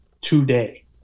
Today